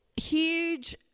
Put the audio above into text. huge